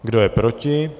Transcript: Kdo je proti?